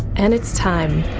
and it's time.